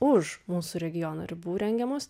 už mūsų regiono ribų rengiamos